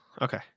Okay